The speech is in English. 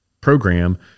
program